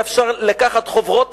אפשר היה לקחת חוברות